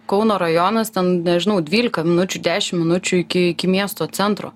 kauno rajonas ten nežinau dvylika minučių dešimt minučių iki iki miesto centro